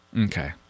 Okay